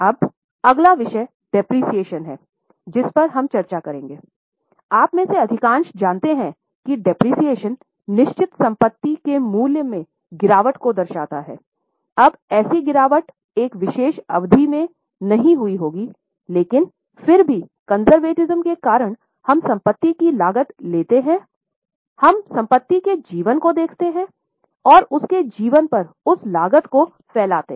अब अगला विषय मूल्यह्रास के कारण हम संपत्ति की लागत लेते हैं हम संपत्ति के जीवन को देखते हैं और उसके जीवन पर उस लागत को फैलाएं